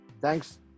Thanks